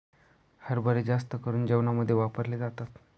हरभरे जास्त करून जेवणामध्ये वापरले जातात